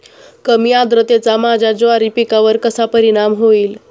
कमी आर्द्रतेचा माझ्या ज्वारी पिकावर कसा परिणाम होईल?